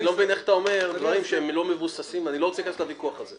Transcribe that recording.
איך אתה אומר דברים שהם לא מבוססים אני לא רוצה להיכנס לוויכוח הזה,